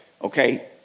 okay